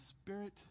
Spirit